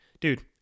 Dude